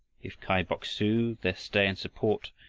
if kai bok-su, their stay and support,